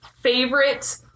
favorite